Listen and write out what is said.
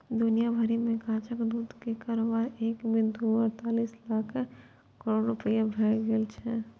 दुनिया भरि मे गाछक दूध के कारोबार एक बिंदु अड़तालीस लाख करोड़ रुपैया भए गेल छै